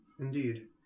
Indeed